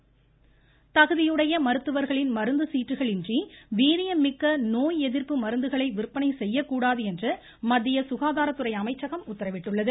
மத்திய சுகாதார அமைச்சகம் தகுதியுடைய மருத்துவர்களின் மருந்து சீட்டுகள் இன்றி வீரியம் மிக்க நோய் எதிர்ப்பு மருந்துகளை விந்பனை செய்யக்கூடாது என்று மத்திய சுகாதார அமைச்சகம் உத்தரவிட்டுள்ளது